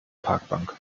parkbank